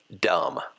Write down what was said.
dumb